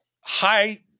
high